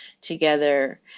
together